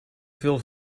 veel